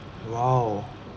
!wow!